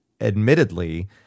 admittedly